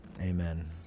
amen